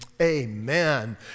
amen